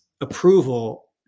approval